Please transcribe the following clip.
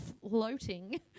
floating